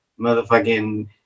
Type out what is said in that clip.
motherfucking